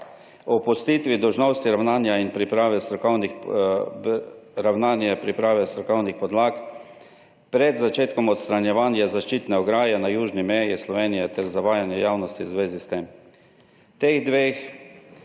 opustitve dolžnostnega ravnanja priprave strokovnih podlag pred začetkom odstranjevanja zaščitne ograje na južni meji Slovenije ter zavajanja javnosti v zvezi s tem.